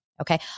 Okay